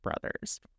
brothers